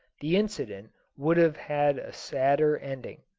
the incident would have had a sadder ending.